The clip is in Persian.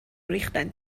ریختن